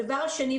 הדבר השני,